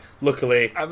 Luckily